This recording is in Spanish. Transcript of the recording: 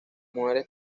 mujeres